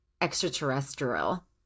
extraterrestrial